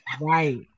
Right